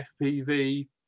FPV